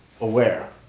aware